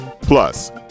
Plus